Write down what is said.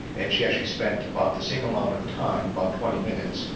and she actually spent about the same amount of time, about twenty minutes,